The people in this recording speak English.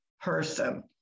person